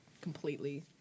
completely